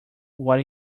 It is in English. what